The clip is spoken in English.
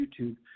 YouTube